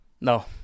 No